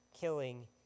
killing